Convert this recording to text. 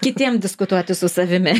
kitiem diskutuoti su savimi